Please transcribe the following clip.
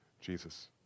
Jesus